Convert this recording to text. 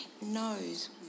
knows